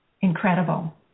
incredible